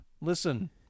listen